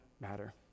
matter